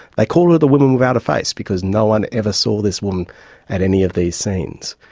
like called her the woman without a face because no one ever saw this woman at any of these scenes.